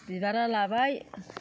बिबारा लाबाय